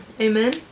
amen